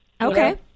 Okay